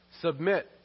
Submit